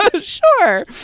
Sure